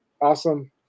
awesome